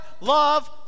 love